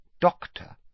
Doctor